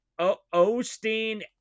Osteen